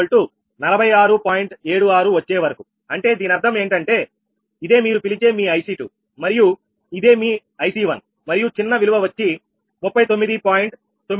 76 వచ్చేవరకూ అంటే దీని అర్థం ఏంటంటే ఇదే మీరు పిలిచే మీ IC2 మరియు ఇదే మీ IC1 మరియు చిన్న విలువ వచ్చి 39